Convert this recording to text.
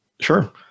Sure